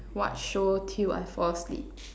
watch show till I fall asleep